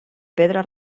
pedra